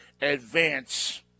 advance